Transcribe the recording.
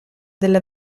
della